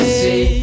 see